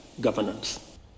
governance